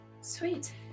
Sweet